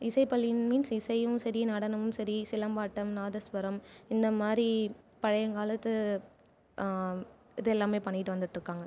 இசைப் பள்ளியின் மீன்ஸ் இசையும் சரி நடனமும் சரி சிலம்பாட்டம் நாதஸ்வரம் இந்த மாரி பழையங்காலத்து இது எல்லாமே பண்ணிவிட்டு வந்துட்டுருக்காங்க